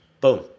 Boom